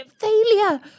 Failure